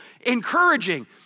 encouraging